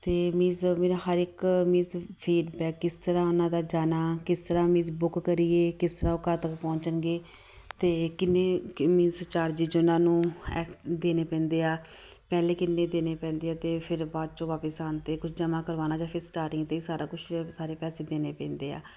ਅਤੇ ਮੀਨਸ ਮੇਰਾ ਹਰ ਇੱਕ ਮੀਨਸ ਫੀਡਬੈਕ ਕਿਸ ਤਰ੍ਹਾਂ ਉਹਨਾਂ ਦਾ ਜਾਣਾ ਕਿਸ ਤਰ੍ਹਾਂ ਮੀਨਸ ਬੁੱਕ ਕਰੀਏ ਕਿਸ ਤਰ੍ਹਾਂ ਉਹ ਘਰ ਤੱਕ ਪਹੁੰਚਣਗੇ ਅਤੇ ਕਿੰਨੇ ਮੀਨਸ ਚਾਰਜਿਜ ਉਹਨਾਂ ਨੂੰ ਐਕਸ ਦੇਣੇ ਪੈਂਦੇ ਆ ਪਹਿਲੇ ਕਿੰਨੇ ਦੇਣੇ ਪੈਂਦੇ ਆ ਅਤੇ ਫਿਰ ਬਾਅਦ 'ਚੋਂ ਵਾਪਿਸ ਆਉਣ 'ਤੇ ਕੁਝ ਜਮ੍ਹਾਂ ਕਰਵਾਉਣਾ ਜਾਂ ਫਿਰ ਸਟਾਰਟਿੰਗ 'ਤੇ ਸਾਰਾ ਕੁਛ ਸਾਰੇ ਪੈਸੇ ਦੇਣੇ ਪੈਂਦੇ ਆ